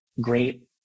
great